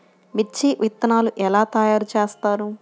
మిర్చి విత్తనాలు ఎలా తయారు చేస్తారు?